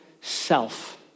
self